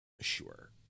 Sure